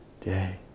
Day